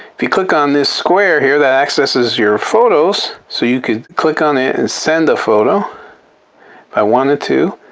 if you click on this square here that accesses your photos so you could click on it and send a photo if i wanted to.